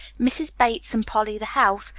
mrs. bates and polly the house,